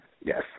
Yes